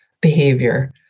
behavior